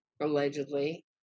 allegedly